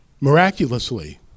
miraculously